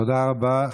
תודה רבה.